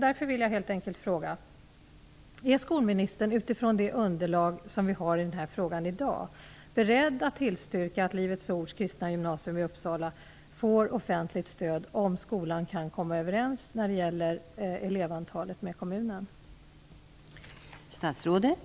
Därför vill jag helt enkelt fråga: Är skolministern, utifrån det underlag som vi har i frågan i dag, beredd att tillstyrka att Livets Ords Kristna Gymnasium i Uppsala får offentlig stöd, om skolan kan komma överens med kommunen när det gäller elevantalet?